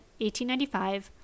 1895